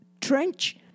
trench